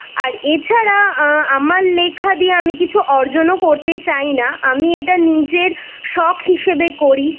আর এছাড়া আমার লেখা দিয়ে আমি কিছু অর্জনও করতে চাই না আমি এটা নিজের শখ হিসেবে করি